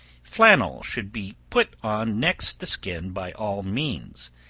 flannel should be put on next the skin by all means,